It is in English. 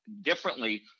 differently